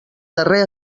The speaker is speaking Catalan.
darrer